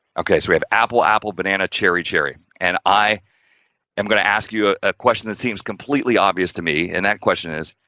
okay. so, we have apple, apple, banana, cherry, cherry and i am going to ask you a ah question that seems completely obvious to me and that question is,